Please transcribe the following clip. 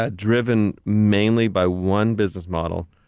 ah driven mainly by one business model,